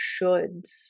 shoulds